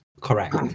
correct